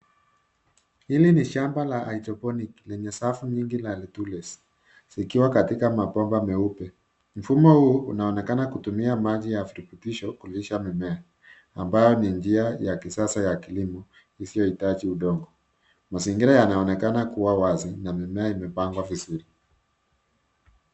Hili ni shamba la hydroponic lenye mingi ya mutuless zikiwa katika mapomba meupe mfumo huu unaonekana kutumia maji ya virutubisho kulisha mimea ambayo ni njia ya kisasa ya kilimo isiyoitaji udongo mazingira yanaonekana kuwa wasi na mimea imepangwa vizuri